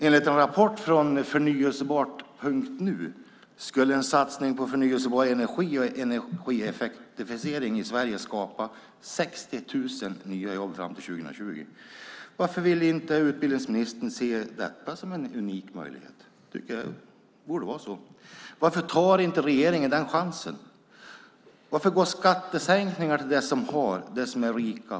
Enligt en rapport från Förnybart.nu skulle en satsning på förnybar energi och energieffektivisering i Sverige skapa 60 000 nya jobb fram till 2020. Varför vill inte utbildningsministern se detta som en unik möjlighet? Det borde vara så. Varför tar inte regeringen chansen? Varför går skattesänkningar till dem som har, till dem som är rika?